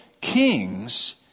kings